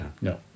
No